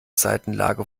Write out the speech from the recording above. seitenlage